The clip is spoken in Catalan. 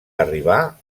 arribar